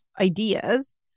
ideas